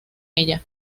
ella